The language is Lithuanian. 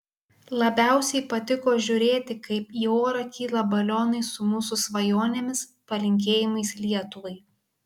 labiausiai patiko žiūrėti kaip į orą kyla balionai su mūsų svajonėmis palinkėjimais lietuvai